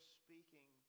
speaking